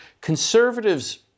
Conservatives